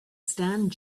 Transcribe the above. stand